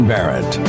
Barrett